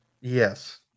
Yes